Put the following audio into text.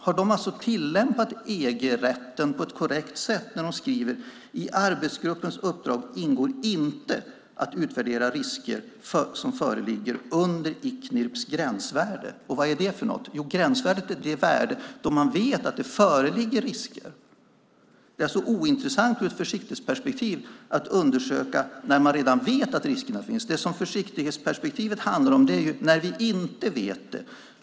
Har de tillämpat EG-rätten på ett korrekt sätt när de skriver: I arbetsgruppens uppdrag ingår inte att utvärdera risker som föreligger under Icnirps gränsvärde? Vad är det? Jo, gränsvärdet är det värde där man vet att det föreligger risker. Det är alltså ointressant ur ett försiktighetsperspektiv att undersöka när man redan vet att riskerna finns. Försiktighetsperspektivet gäller när vi inte vet det.